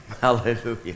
Hallelujah